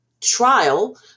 trial